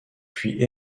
puis